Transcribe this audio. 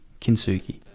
Kinsugi